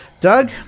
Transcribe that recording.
Doug